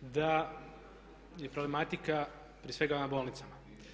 da je problematika prije svega na bolnicama.